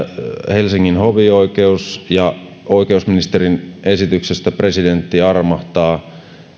helsingin hovioikeus ja oikeusministerin esityksestä presidentti armahtavat